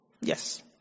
yes